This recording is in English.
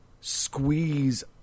squeeze